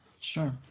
Sure